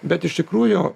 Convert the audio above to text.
bet iš tikrųjų